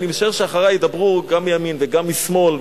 אני משער שאחרי ידברו גם מימין וגם משמאל,